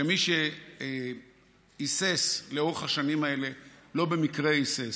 שמי שהיסס לאורך השנים האלה לא במקרה היסס,